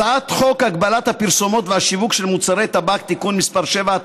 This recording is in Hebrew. הצעת חוק הגבלת הפרסומת והשיווק של מוצרי טבק (תיקון מס' 7),